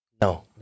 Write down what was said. No